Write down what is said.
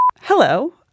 Hello